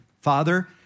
Father